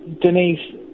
Denise